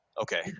Okay